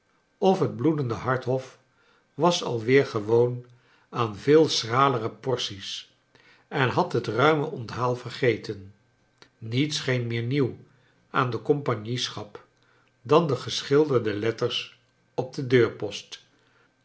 of het bloedende hart hof was al weer gewoon aan veel schralere porties en had het ruime onthaal yergeten niets scheen meer nieuw aan de compagnieschap dan de geschilderde letters op den deurpost